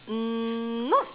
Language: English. mm not